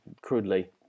crudely